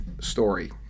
story